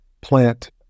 Plant